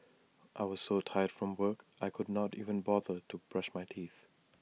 I was so tired from work I could not even bother to brush my teeth